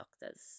doctors